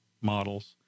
models